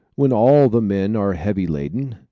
when all the men are heavy laden,